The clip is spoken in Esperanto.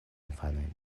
infanojn